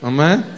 Amen